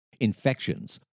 infections